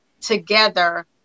together